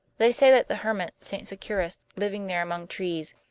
they say that the hermit st. securis, living there among trees,